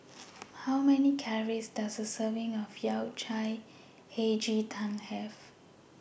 How Many Calories Does A Serving of Yao Cai Hei Ji Tang Have